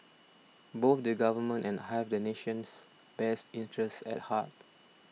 both the Government and have the nation's best interest at heart